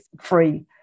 free